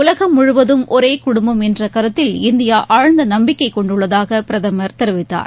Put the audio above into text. உலகம் முழுவதும் ஒரேகுடும்பம் என்றகருத்தில் இந்தியாஆழ்ந்தநம்பிக்கைகொண்டுள்ளதாகபிரதமர் தெரிவித்தார்